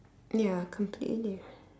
ya completely